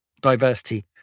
diversity